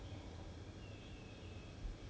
like 那个 the the three days recurrent lah